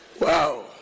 Wow